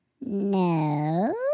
No